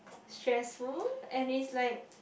stressful and it's like